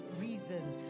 reason